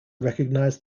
recognise